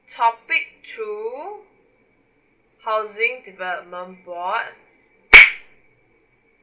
topic two housing development board